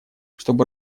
чтобы